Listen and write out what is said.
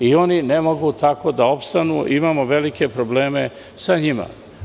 Oni ne mogu tako da opstanu i imamo velike probleme sa njima.